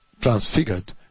Transfigured